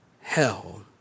Hell